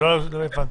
הבנתי.